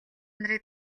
нарыг